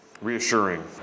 reassuring